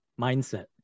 mindset